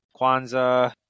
Kwanzaa